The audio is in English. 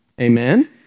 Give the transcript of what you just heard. Amen